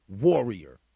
warrior